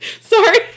Sorry